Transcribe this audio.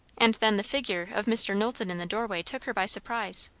and then the figure of mr. knowlton in the doorway took her by surprise.